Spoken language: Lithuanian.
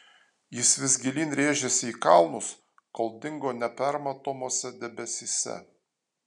jis vis gilyn rėžėsi į kalnus kol dingo nepermatomuose debesyse